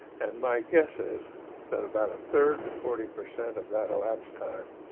and my guess is that about a third to forty percent of that elapsed time,